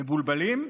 מבולבלים?